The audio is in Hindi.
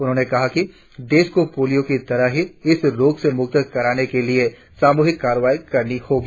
उन्होंने कहा कि देश को पोलियों की तरह ही इस रोग से मुक्त करने के लिए सामूहिक कार्रवाई करनी होगी